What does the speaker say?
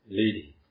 lady